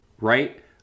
right